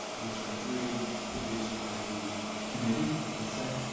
those were three produced by the committee, let's say.